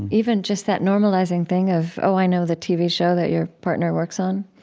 even just that normalizing thing of, oh, i know the tv show that your partner works on,